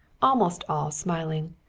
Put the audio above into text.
almost all smiling,